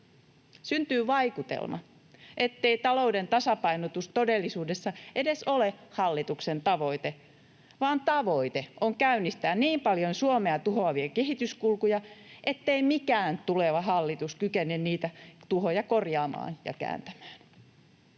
Syntyy vaikutelma, ettei talouden tasapainotus todellisuudessa edes ole hallituksen tavoite, vaan tavoite on käynnistää niin paljon Suomea tuhoavia kehityskulkuja, ettei mikään tuleva hallitus kykene niitä tuhoja korjaamaan ja kääntämään.